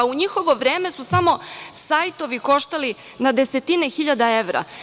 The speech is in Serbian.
U njihovo vreme su samo sajtovi koštali na desetine hiljada evra.